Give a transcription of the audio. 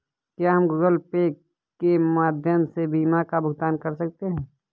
क्या हम Google Pay के माध्यम से बीमा का भुगतान कर सकते हैं?